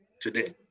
today